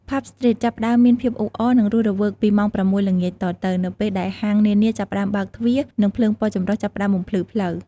ផាប់ ស្ទ្រីត ចាប់ផ្ដើមមានភាពអ៊ូអរ និងរស់រវើកពីម៉ោង ៦ ល្ងាចតទៅ នៅពេលដែលហាងនានាចាប់ផ្ដើមបើកទ្វារ និងភ្លើងពណ៌ចម្រុះចាប់ផ្ដើមបំភ្លឺផ្លូវ។